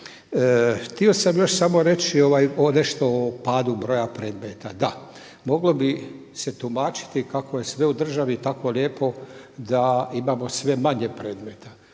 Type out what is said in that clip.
Htio sam još samo reći o nešto o padu broja predmeta, da, moglo bi se tumačiti kako je sve u državi tako lijepo da imamo sve manje predmeta.